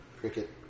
Cricket